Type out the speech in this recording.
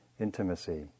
intimacy